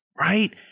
right